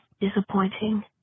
disappointing